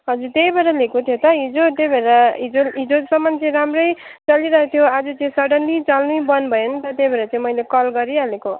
हजुर त्यहीँबाट लिएको थियो त हिजो त्यही भएर हिजो हिजोसम्मन् चाहिँ राम्रै चलिरहेको थियो आज चाहिँ सडन्ली चल्नै बन्द भयो नि त त्यही भएर चाहिँ मैले कल गरिहालेको